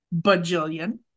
Bajillion